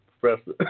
professor